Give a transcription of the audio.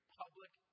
public